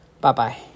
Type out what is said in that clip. Bye-bye